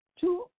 Two